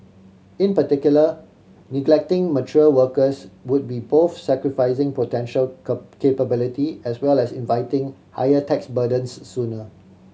in particular neglecting mature workers would be both sacrificing potential capability as well as inviting higher tax burdens sooner